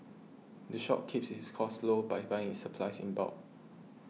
the shop keeps its costs low by buying its supplies in bulk